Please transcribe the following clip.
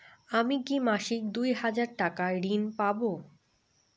আমি কি মাসিক দুই হাজার টাকার ঋণ পাব?